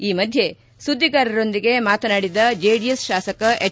ಈ ಮಧ್ಯೆ ಸುದ್ದಿಗಾರರೊಂದಿಗೆ ಮಾತನಾಡಿದ ಜೆಡಿಎಸ್ ಶಾಸಕ ಎಚ್